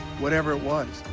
whatever it was,